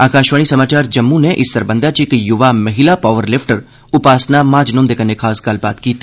आकाशवाणी समाचार जम्मू नै इस सरबंधै च इक युवा महिला पावर लिफटर उपासना महाजन हुंदे कन्नै खास गल्लबात कीती